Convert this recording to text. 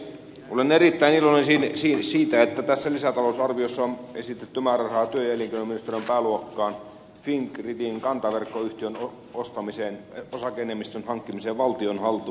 olen erittäin iloinen siitä että tässä lisätalousarviossa on esitetty määrärahaa työ ja elinkeinoministeriön pääluokkaan fingridin kantaverkkoyhtiön ostamiseen osake enemmistön hankkimiseen valtion haltuun